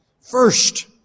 First